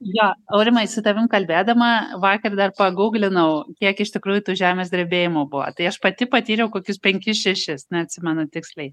jo aurimai su tavim kalbėdama vakar dar paguglinau kiek iš tikrųjų tų žemės drebėjimų buvo tai aš pati patyriau kokius penkis šešis neatsimenu tiksliai